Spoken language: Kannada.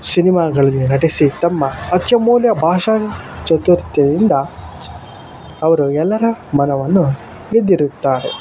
ಸಿನಿಮಾಗಳಿಗೆ ನಟಿಸಿ ತಮ್ಮ ಅತ್ಯಮೂಲ್ಯ ಭಾಷಾ ಚಾತುರ್ಯದಿಂದ ಅವರು ಎಲ್ಲರ ಮನವನ್ನು ಗೆದ್ದಿರುತ್ತಾರೆ